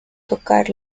tocar